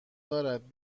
دارد